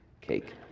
cake